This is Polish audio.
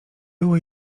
było